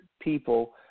people